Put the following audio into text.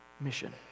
mission